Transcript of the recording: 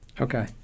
Okay